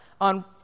on